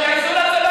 לצבא.